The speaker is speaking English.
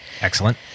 Excellent